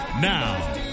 Now